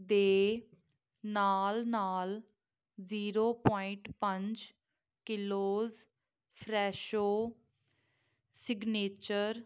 ਦੇ ਨਾਲ ਨਾਲ ਜ਼ੀਰੋ ਪੁਆਇੰਟ ਪੰਜ ਕਿਲੋਜ਼ ਫਰੈਸ਼ੋ ਸਿਗਨੇਚਰ